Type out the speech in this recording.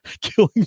killing